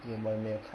你们没有看